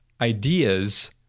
ideas